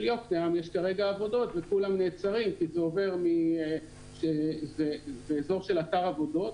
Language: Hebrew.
יקנעם יש כרגע עבודות וכולם נעצרים כי זה אזור של אתר עבודות,